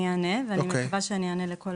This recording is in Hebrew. אני אענה ואני מקווה שאני אצליח לענות ככה על